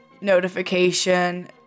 notification